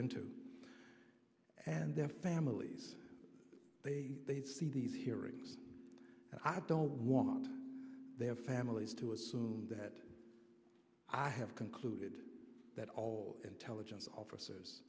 into and their families they'd see these hearings and i don't want their families to assume that i have concluded that all intelligence officers